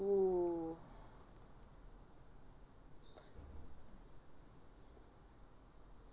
oo